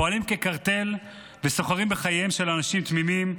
פועלים כקרטל וסוחרים בחייהם של אנשים תמימים,